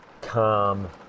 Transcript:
calm